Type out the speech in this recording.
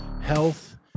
health